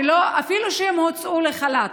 אפילו שהם הוצאו לחל"ת.